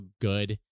good